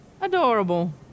Adorable